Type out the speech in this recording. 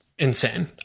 insane